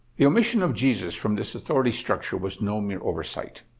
the omission of jesus from this authority structure was no mere oversight?